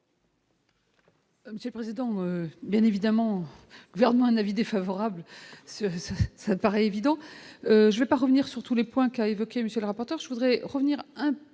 Monsieur le président, bien évidemment, gouvernement, un avis défavorable, ça paraît évident, je vais pas revenir sur tous les points qu'a évoqué monsieur le rapporteur,